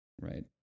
Right